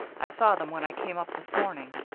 i saw them when i came up this morning.